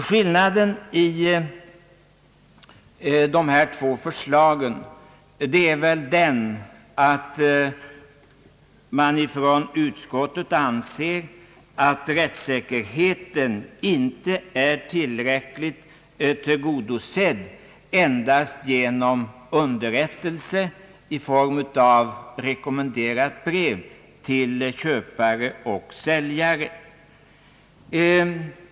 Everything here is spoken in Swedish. Skillnaden mellan de här två förslagen är väl den, att utskottet anser att rättssäkerheten inte är tillräckligt väl tillgodosedd endast genom underrättelse i form av rekommenderat brev till köpare och säljare.